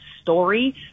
story